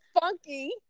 funky